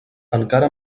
encara